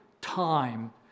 time